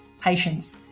patience